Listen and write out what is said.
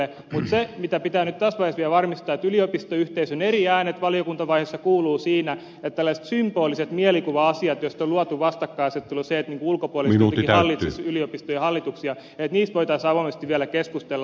mutta se mikä pitää nyt tässä vaiheessa vielä varmistaa on että yliopistoyhteisön eri äänet valiokuntavaiheessa kuuluvat siinä että tällaisista symbolisista mielikuva asioista joista on luotu vastakkainasettelu se että ulkopuoliset jotenkin hallitsisivat yliopistojen hallituksia voitaisiin avoimesti vielä keskustella